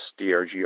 DRG